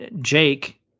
Jake